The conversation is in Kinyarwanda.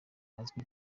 azwi